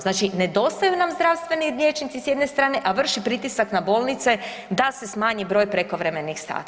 Znači, nedostaju nam zdravstveni liječnici s jedne strane, a vrši pritisak na bolnice da se smanji broj prekovremenih sati.